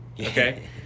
Okay